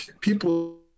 people